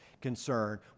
concern